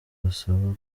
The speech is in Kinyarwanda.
basaba